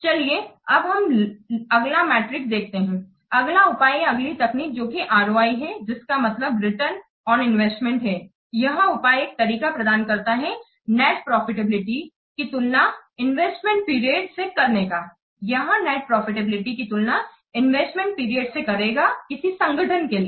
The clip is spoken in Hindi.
चलिए अब हम अगला मैट्रिक देखते हैं अगला उपाय या अगली तकनीक जो कि ROI है जिसका मतलब रिटर्न ऑन इन्वेस्टमेंट है यह उपाय एक तरीका प्रदान करता है नेट प्रॉफिटेबिलिटी की तुलना इन्वेस्टमेंट पीरियड से करने का यह नेट प्रॉफिटेबिलिटी की तुलना इन्वेस्टमेंट पीरियड से करेगा किसी संगठन के लिए